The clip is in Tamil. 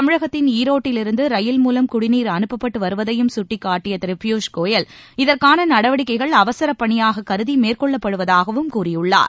தமிழகத்தின் ஈரோட்டிலிருந்து ரயில் மூலம் குடிநீர் அனுப்பப்பட்டு வருவதையும் சுட்டிக்காட்டிய திரு பியூஷ் கோயல் இதற்கான நடவடிக்கைகள் அவசரப் பணியாக கருதி மேற்கொள்ளப்படுவதாகவும் கூறியுள்ளார்